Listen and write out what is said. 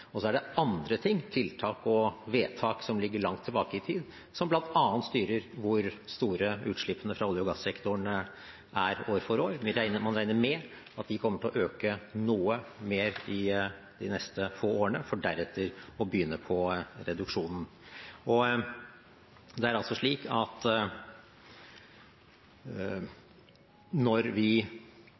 Så er det andre ting, tiltak og vedtak som ligger langt tilbake i tid, som bl.a. styrer hvor store utslippene fra olje- og gassektoren er år for år. Man regner med at de kommer til å øke noe mer i de neste få årene, for deretter å begynne på reduksjonen. Det er altså slik at når vi